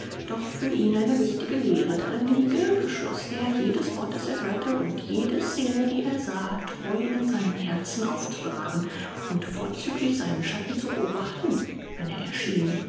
doch für ihn eine wichtige lehre darin liege beschloß er jedes wort das er hörte und jede scene die er sah treu in seinem herzen aufzubewahren und vorzüglich seinen schatten zu beobachten wenn er erschien